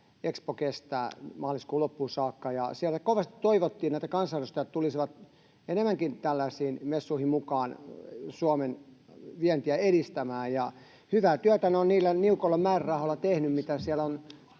expo kestää, maaliskuun loppuun saakka, ja siellä kovasti toivottiin, että kansanedustajat tulisivat enemmänkin tällaisiin messuihin mukaan Suomen vientiä edistämään. Hyvää työtä he ovat niillä niukoilla määrärahoilla tehneet, mitä siellä on